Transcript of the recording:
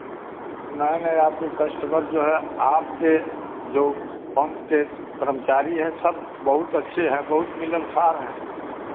नहीं नहीं आपके कश्टमर जो है आपके जो पंप के कर्मचारी हैं सब बहुत अच्छे हैं बहुत मिलनसार हैं